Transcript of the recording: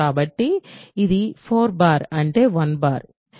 కాబట్టి ఇది 4 బార్ అంటే 1